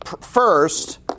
first